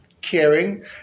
Caring